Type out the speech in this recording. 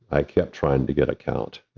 i kept trying to get account,